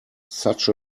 such